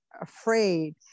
afraid